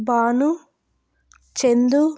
Bhanu Chandu